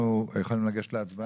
אנחנו יכולים לגשת להצבעה?